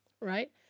right